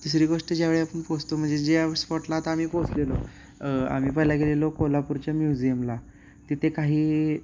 तिसरी गोष्ट ज्यावेळी आपण पोचतो म्हणजे ज्या स्पॉटला आता आम्ही पोचलेलो आम्ही पहिला गेलेलो कोल्हापूरच्या म्युझियमला तिथे काही